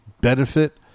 benefit